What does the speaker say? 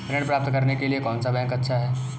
ऋण प्राप्त करने के लिए कौन सा बैंक अच्छा है?